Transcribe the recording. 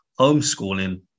homeschooling